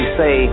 say